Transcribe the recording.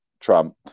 Trump